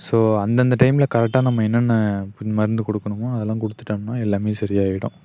so அந்தந்த டைமில் கரெக்டாக நம்ம என்னென்ன பின் மருந்து கொடுக்கணுமோ அதெல்லாம் கொடுத்துட்டோம்னா எல்லாமே சரியாயிடும்